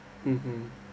mmhmm